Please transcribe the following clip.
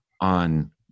on